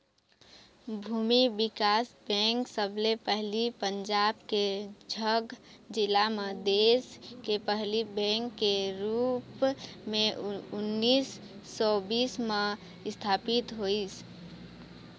भूमि बिकास बेंक सबले पहिली पंजाब के झंग जिला म देस के पहिली बेंक के रुप म उन्नीस सौ बीस म इस्थापित होइस